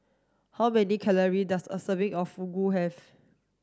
how many calories does a serving of Fugu have